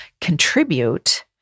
contribute